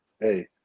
hey